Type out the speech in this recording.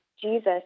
Jesus